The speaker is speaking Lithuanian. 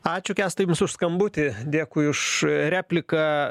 ačiū kęstai jums už skambutį dėkui už repliką